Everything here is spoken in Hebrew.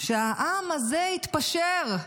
שהעם הזה יתפשר.